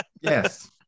Yes